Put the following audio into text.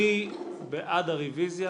מי בעד הרוויזיה?